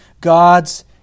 God's